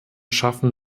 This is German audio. schaffen